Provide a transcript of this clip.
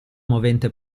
movente